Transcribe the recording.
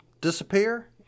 disappear